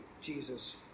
Jesus